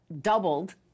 doubled